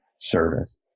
service